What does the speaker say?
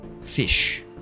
fish